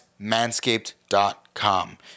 manscaped.com